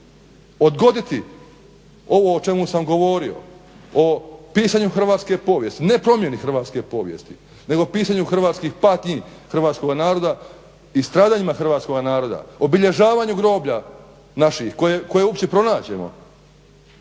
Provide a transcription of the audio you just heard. odgoditi ovo o čemu sam govorio, o pisanju hrvatske povijesti, ne promjeni hrvatske povijesti nego pisanju hrvatskih patnji hrvatskoga naroda i stradanjima hrvatskoga naroda, obilježavanju groblja naših koje uopće pronađemo,